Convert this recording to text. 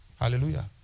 Hallelujah